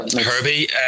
Herbie